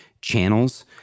channels